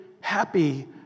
happy